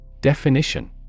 Definition